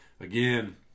again